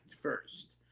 first